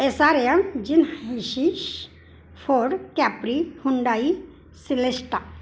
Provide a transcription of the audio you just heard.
S आ एम जिनहेशिष फोड कॅपरी हुंडाई सिलेस्टा